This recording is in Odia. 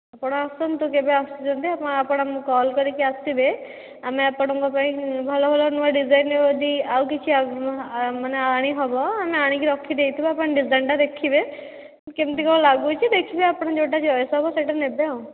ଆପଣ ଆସନ୍ତୁ କେବେ ଆସୁଛନ୍ତି ଆପଣ ଆମକୁ କଲ୍ କରିକି ଆସିବେ ଆମେ ଆପଣଙ୍କ ପାଇଁ ଭଲ ଭଲ ନୂଆ ଡ଼ିଜାଇନ୍ର ଯଦି ଆଉ କିଛି ମାନେ ଆଣି ହେବ ଆମେ ଆଣିକି ରଖିଦେଇଥିବୁ ଆପଣ ଡ଼ିଜାଇନ୍ଟା ଦେଖିବେ କେମିତି କ'ଣ ଲାଗୁଛି ଦେଖିବେ ଆପଣଙ୍କୁ ଯେଉଁଟା ଚଏସ୍ ହେବ ସେଇଟା ନେବେ ଆଉ